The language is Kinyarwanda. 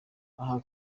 aha